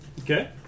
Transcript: Okay